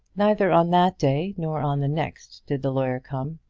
neither on that day nor on the next did the lawyer come,